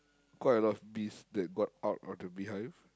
quite a lot of bees that got out of the beehive